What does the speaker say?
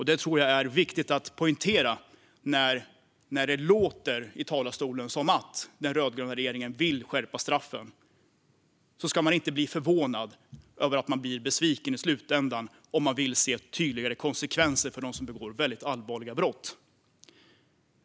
Det tror jag är viktigt att poängtera när det från talarstolen låter som att den rödgröna regeringen vill skärpa straffen. Man ska inte bli förvånad över att man blir besviken i slutändan om man vill se tydligare konsekvenser för dem som begår mycket allvarliga brott.